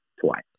twice